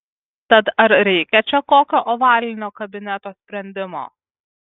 tad ar reikia čia kokio ovalinio kabineto sprendimo